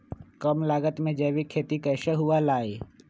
कम लागत में जैविक खेती कैसे हुआ लाई?